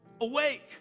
awake